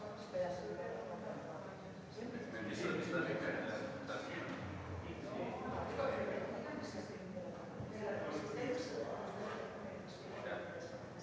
Tak